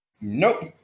nope